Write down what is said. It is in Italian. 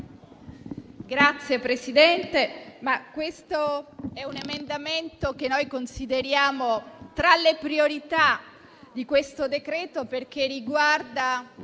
Signor Presidente, questo è un emendamento che noi consideriamo tra le priorità del decreto, perché riguarda,